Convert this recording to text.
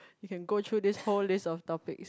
you can go through this whole list of topics